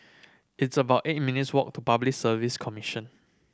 it's about eight minutes' walk to Public Service Commission